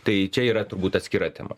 tai čia yra turbūt atskira tema